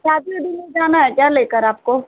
क्या लेकर आपको